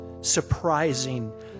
surprising